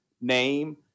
name